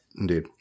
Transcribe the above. indeed